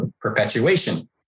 perpetuation